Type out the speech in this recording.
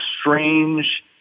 strange